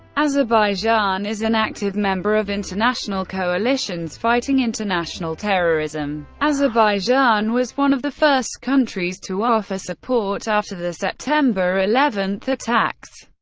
azerbaijan is an active member of international coalitions fighting international terrorism azerbaijan was one of the first countries to offer support after the september eleven attacks.